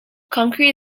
concrete